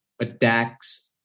attacks